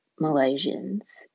Malaysians